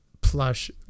plush